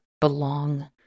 belong